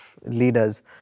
leaders